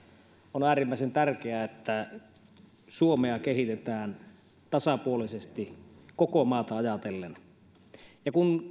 on äärimmäisen tärkeää että suomea kehitetään tasapuolisesti koko maata ajatellen kun